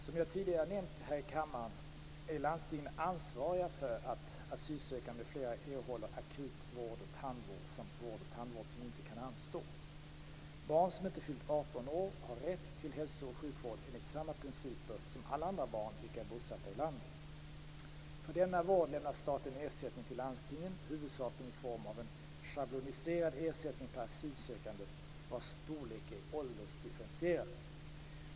Som jag tidigare nämnt här i kammaren är landstingen ansvariga för att asylsökande m.fl. erhåller akut vård och tandvård samt vård och tandvård som inte kan anstå. Barn som inte fyllt 18 år har rätt till hälso och sjukvård enligt samma principer som alla andra barn vilka är bosatta i landet. För denna vård lämnar staten ersättning till landstingen, huvudsakligen i form av en schabloniserad ersättning per asylsökande vars storlek är åldersdifferentierad.